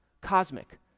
cosmic